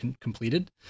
completed